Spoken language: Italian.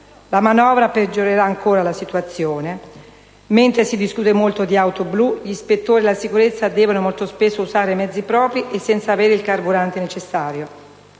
La manovra peggiorerà ancora la situazione. Mentre si discute molto di auto blu, gli ispettori della sicurezza devono molto spesso usare mezzi propri e senza avere il carburante necessario.